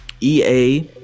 EA